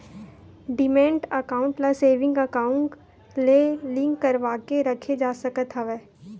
demat account ल saving account ले link करवाके रखे जा सकत हवय